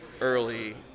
early